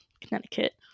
Connecticut